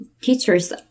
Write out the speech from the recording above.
teachers